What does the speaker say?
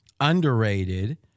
underrated